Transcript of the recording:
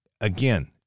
Again